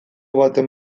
baten